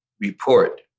report